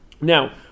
Now